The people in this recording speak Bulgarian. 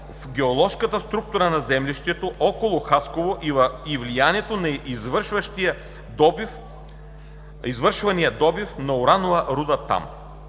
в геоложката структура на землището около Хасково и влиянието на извършвания добив на уранова руда там.